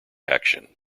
action